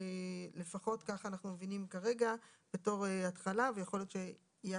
לפחות כך אנחנו מבינים כרגע בתור התחלה ויכול להיות שיהיו